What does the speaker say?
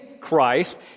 Christ